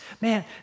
man